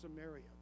Samaria